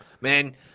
Man